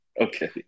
Okay